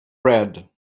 read